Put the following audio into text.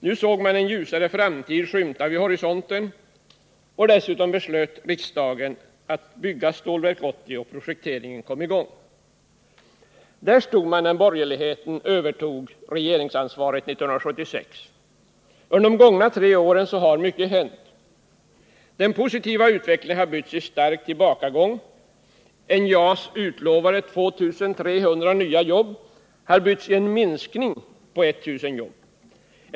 Nu såg man en ljusare framtid skymta vid horisonten. Dessutom beslöt riksdagen att bygga Stålverk 80 och projekteringen sattes i gång. Där stod man när borgerligheten övertog regeringsansvaret 1976. Under de gångna tre åren har mycket hänt. Den positiva utvecklingen har bytts i stark tillbakagång. NJA:s utlovade 2 300 nya jobb har bytts i en minskning med ca 1000.